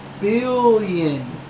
billion